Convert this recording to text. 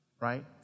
Right